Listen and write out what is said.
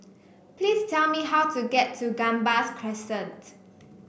please tell me how to get to Gambas Crescent